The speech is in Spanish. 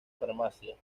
farmacia